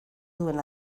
duen